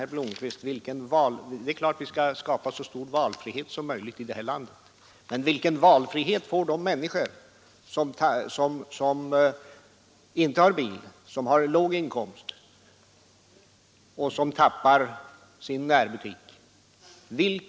Det är klart att vi skall försöka skapa så stor valfrihet som möjligt i det här landet. Men vilken valfrihet får de människor som inte har bil, som har låg inkomst och som förlorar sin närbutik?